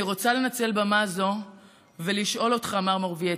אני רוצה לנצל במה זו ולשאול אותך, מר מורבייצקי: